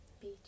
beach